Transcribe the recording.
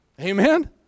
Amen